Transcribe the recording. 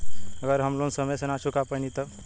अगर हम लोन समय से ना चुका पैनी तब?